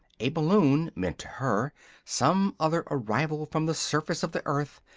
a balloon meant to her some other arrival from the surface of the earth,